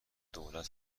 دولت